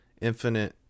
infinite